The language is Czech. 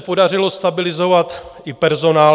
Podařilo se stabilizovat i personál.